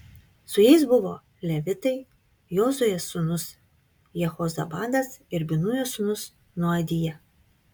su jais buvo levitai jozuės sūnus jehozabadas ir binujo sūnus noadija